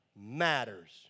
matters